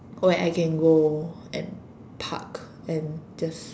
where I can go and park and just